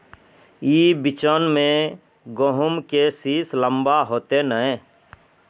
ई बिचन में गहुम के सीस लम्बा होते नय?